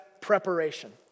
preparation